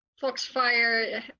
foxfire